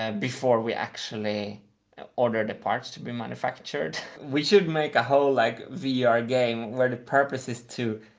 um before we actually order the parts to be manufactured, we should make a whole like vr game where the purpose is to,